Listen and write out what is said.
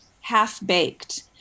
half-baked